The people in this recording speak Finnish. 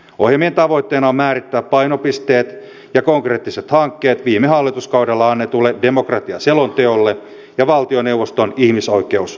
ohjelmien tavoitteena on määrittää painopisteet ja konkreettiset hankkeet viime hallituskaudella annetuille demokratiaselonteolle ja valtioneuvoston ihmisoikeusselonteolle